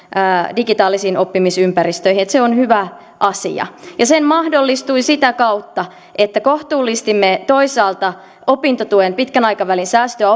digitaalisiin oppimisympäristöihin se on hyvä asia ja se mahdollistui sitä kautta että kohtuullistimme toisaalta opintotuen pitkän aikavälin säästöjä